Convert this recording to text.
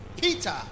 peter